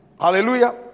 Hallelujah